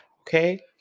okay